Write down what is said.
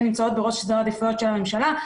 נמצאות בראש סדר העדיפויות של הממשלה.